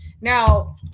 now